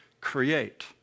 create